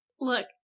look